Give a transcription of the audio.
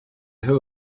who